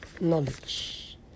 knowledge